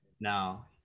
now